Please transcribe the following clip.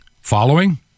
Following